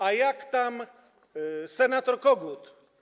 A jak tam senator Kogut?